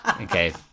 Okay